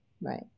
right